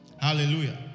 Hallelujah